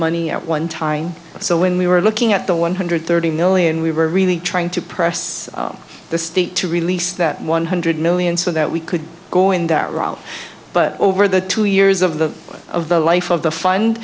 money at one time so when we were looking at the one hundred thirty million we were really trying to press the state to release that one hundred million so that we could go in that route but over the two years of the of the life of the find